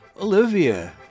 Olivia